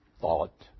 thought